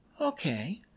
Okay